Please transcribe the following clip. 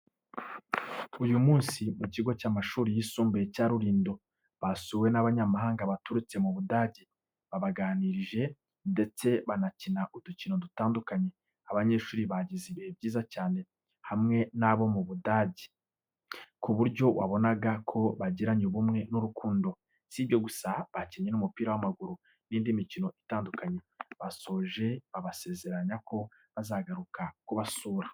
Uyu munsi mu kigo cy’amashuri yisumbuye cya Rulindo, basuwe n’abanyamahanga baturutse mu Budage. Babaganirije, ndetse banakina udukino dutandukanye. Abanyeshuri bagize ibihe byiza cyane hamwe n’abo Badage, ku buryo wabonaga ko bagiranye ubumwe n’urukundo. Si ibyo gusa, bakinnye n’umupira w’amaguru n’indi mikino itandukanye. Basoje babasezeranya ko bazagaruka kubasura.